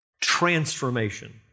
Transformation